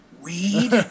weed